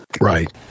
right